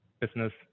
business